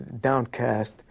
downcast